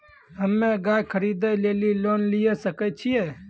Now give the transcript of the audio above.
हम्मे गाय खरीदे लेली लोन लिये सकय छियै?